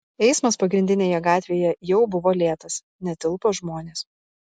eismas pagrindinėje gatvėje jau buvo lėtas netilpo žmonės